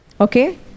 Okay